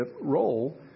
role